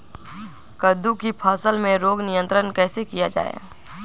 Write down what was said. कददु की फसल में रोग नियंत्रण कैसे किया जाए?